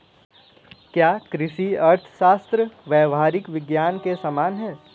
क्या कृषि अर्थशास्त्र व्यावहारिक विज्ञान के समान है?